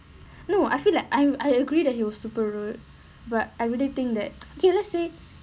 no I feel like I'm I agree that he was super rude but I really think that okay let's say